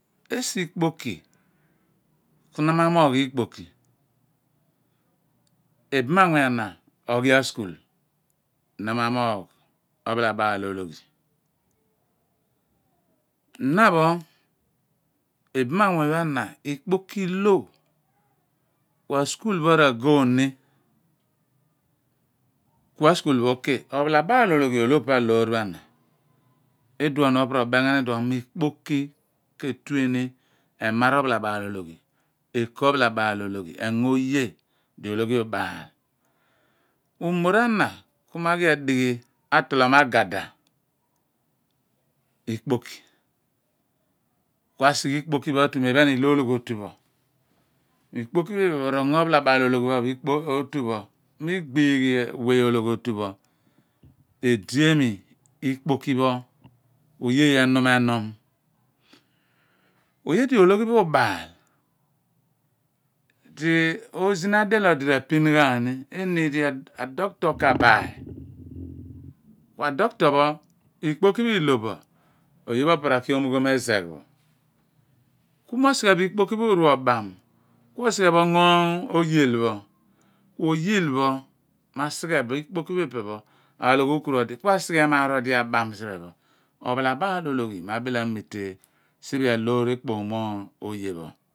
Esi ikpoki ku na ma amoogh ikpoki ibam anmuny ana oghi askul, na ma moogh ophalabaal ologh, na pho, ibam anmumy pho ana ikpoki l uo ku askul pho ragon ni ku askul pho uki, ophalabaal ologhi golo pa wor pho ana wuon pho po ro bem ghan whon mo ikpoki ke the ni emar ophalabaal ologhi eko ophalabaal ologhi engo ege ili ologhi ulbaal umor ana ku ma aghi adeghi, atolom agada ikpoki ku asighe iepic pho atu mo iphen iso olo ghiotu pho. Ikpoki pho iphen pho rengo ophalabaal ologhi otu pho mu ighighi we ologhotu pho edi emi ikpoki pho ku oge oye oye enum enum oye di ologhi pho ulbaal di oozin adiel odi rapin ghan ni ku eniid di adoktor ka baay kn adoktor pho ikpoki pho llo no po oye pho po pho ra ki omughom ezegh pho ku mo osighe bo ikpoki om obam ku mo osighe bo ongo oyil pho oyii ma aryhe ikpoki pho alogh okuru odi ku asighe eemaan odi aban siphe pho, ophalabaal ma atile amise siphe loor ekpom mo oye pho